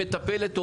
מטפלת,